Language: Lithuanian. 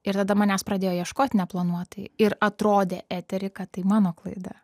ir tada manęs pradėjo ieškot neplanuotai ir atrodė etery kad tai mano klaida